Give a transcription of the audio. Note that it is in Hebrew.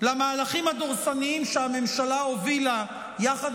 למהלכים הדורסניים שהממשלה הובילה יחד